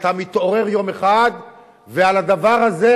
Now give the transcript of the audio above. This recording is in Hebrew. ואתה מתעורר יום אחד ועל הדבר הזה,